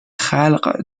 خلق